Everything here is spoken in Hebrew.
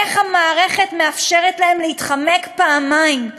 איך המערכת מאפשרת להם להתחמק פעמיים: